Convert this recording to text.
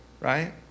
right